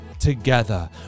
together